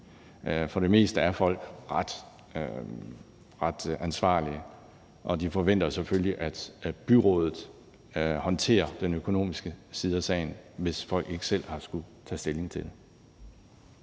For det meste er folk ret ansvarlige, og de forventer selvfølgelig, at byrådet håndterer den økonomiske side af sagen, hvis de ikke selv har skullet tage stilling til det.